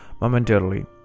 momentarily